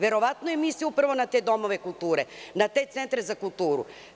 Verovatno je mislio na te domove kulture, na te centre za kulturu.